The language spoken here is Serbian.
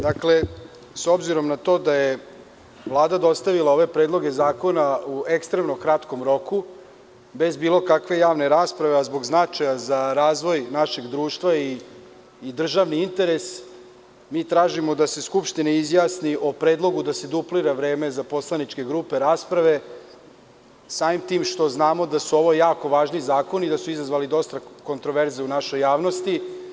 Dakle, s obzirom na to da je Vlada dostavila ove predloge zakona u ekstremno kratkom roku, bez bilo kakve javne rasprave, a zbog značaja za razvoj našeg društva i državnog interesa, mi tražimo da se Skupština izjasni o predlogu da se duplira vreme rasprave za poslaničke grupe, samim tim što znamo da su ovo jako važni zakoni i da su izazvali dosta kontroverze u našoj javnosti.